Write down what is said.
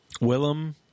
Willem